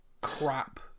crap